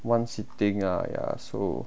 one sitting ah ya so